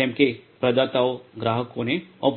જેમ કે પ્રદાતાઓ ગ્રાહકો અને ઓપરેટરો